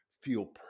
feel